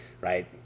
right